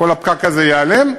כל הפקק הזה ייעלם,